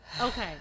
Okay